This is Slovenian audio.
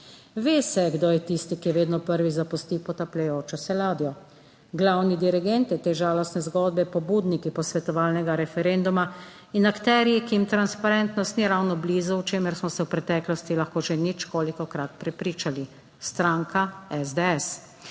Ve se, kdo je tisti, ki je vedno prvi zapustil potapljajočo se ladjo, glavni dirigent te žalostne zgodbe, pobudniki posvetovalnega referenduma in akterji, ki jim transparentnost ni ravno blizu, o čemer smo se v preteklosti lahko že ničkolikokrat prepričali, stranka SDS.